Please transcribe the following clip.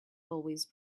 always